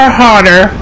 harder